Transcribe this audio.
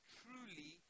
truly